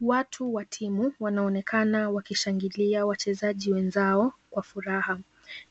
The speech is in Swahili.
Watu wa timu wanaonekana wakishangilia wachezaji wenzao kwa furaha.